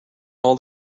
all